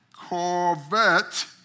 Corvette